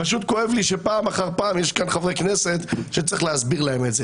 פשוט כואב לי שפעם אחר פעם יש כאן חברי כנסת שצריך להסביר להם את זה